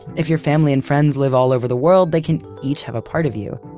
if your family and friends live all over the world, they can each have a part of you.